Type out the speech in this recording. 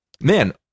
Man